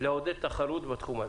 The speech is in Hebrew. לעודד תחרות בתחום הזה.